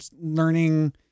learning